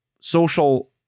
Social